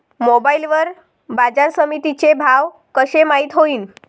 Mobile वर बाजारसमिती चे भाव कशे माईत होईन?